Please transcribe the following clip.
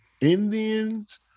Indians